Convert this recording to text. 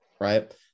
right